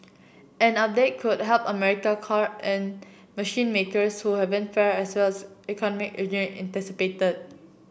an update could help America car and machine makers who haven't fared as well as economy